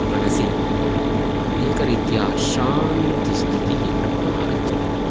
मनसि एकरीत्या शान्तिस्थितिः आगच्छति